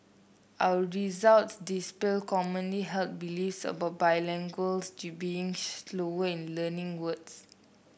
our results dispel commonly held beliefs about bilinguals to being slower in learning words